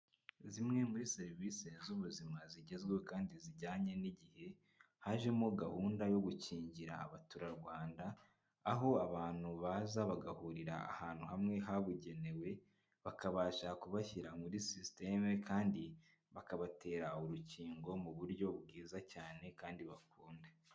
Zimwe muri serivise z'ubuzima zigezweho kandi zijyanye n'igihe, hajemo gahunda yo gukingira abaturarwanda, aho abantu baza bagahurira ahantu hamwe habugenewe, bakabasha kubashyira muri sisiteme kandi bakabatera urukingo mu buryo bwiza cyane kandi bakunda.